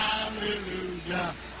Hallelujah